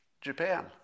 Japan